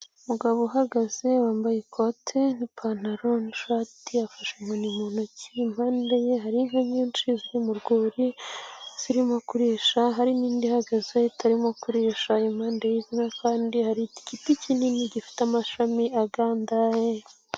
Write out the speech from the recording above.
Umugabo uhagaze wambaye ikote n'ipantaro n'ishati, afashe inkoni mu ntoki impande ye hari inka nyinshi ziri mu rwuri zirimo kurisha, hari n'indi ihagaze itarimo kurisha, impande y'izi nka kandi hari igiti kinini gifite amashami agandaye.